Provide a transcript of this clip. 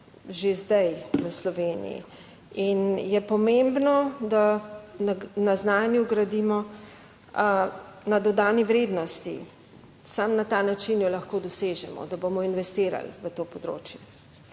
že zdaj v Sloveniji. In je pomembno, da na znanju gradimo, na dodani vrednosti; samo na ta način jo lahko dosežemo, da bomo investirali v to področje.